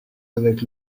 avec